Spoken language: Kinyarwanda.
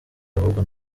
ahubwo